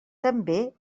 també